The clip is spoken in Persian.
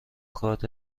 کارت